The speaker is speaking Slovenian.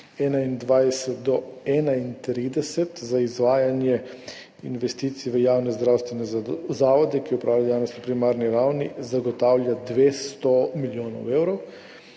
2021 do 2031 za izvajanje investicij v javne zdravstvene zavode, ki opravljajo dejavnost na primarni ravni, zagotavlja 200 milijonov evrov,